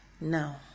Now